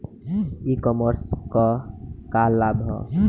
ई कॉमर्स क का लाभ ह?